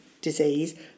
disease